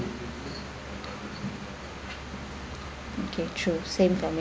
okay true same for me